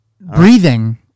Breathing